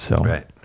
Right